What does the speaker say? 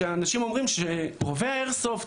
שאנשים אומרים שרובי האיירסופט,